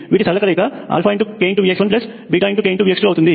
వీటి సరళ కలయిక kVx1 kVx2 అవుతుంది